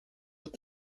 with